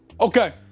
okay